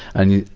and you,